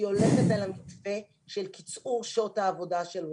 הולכת על מתווה של קיצור שעות העבודה של רופאים.